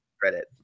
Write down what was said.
credit